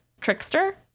trickster